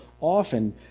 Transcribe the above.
often